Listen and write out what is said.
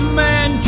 man